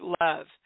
love